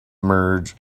merge